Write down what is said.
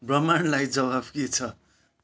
ब्रह्माण्डलाई जवाफ के छ